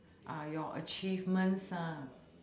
uh your achievements ah